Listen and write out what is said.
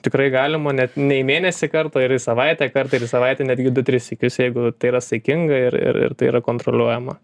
tikrai galima net ne į mėnesį kartą ir į savaitę kartą ir į savaitę netgi du tris sykius jeigu tai yra saikinga ir ir tai yra kontroliuojama